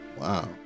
wow